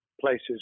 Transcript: places